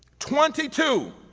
twenty two,